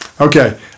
Okay